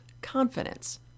Confidence